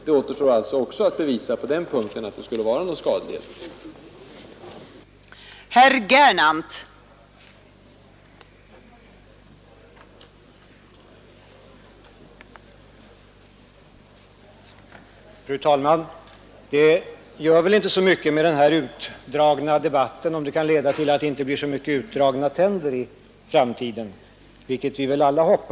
Det återstår alltså också att på den punkten bevisa att det skulle a fluor till vattenledningsvatten vara olämpligt med fluoridering.